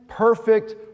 perfect